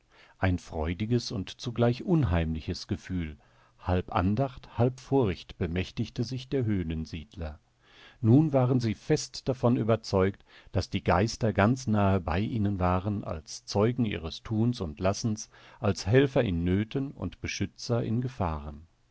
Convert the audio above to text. ein freudiges und zugleich unheimliches gefühl halb andacht halb furcht bemächtigte sich der höhlensiedler nun waren sie fest davon überzeugt daß die geister ganz nahe bei ihnen waren als zeugen ihres tuns und lassens als helfer in nöten und beschützer in gefahren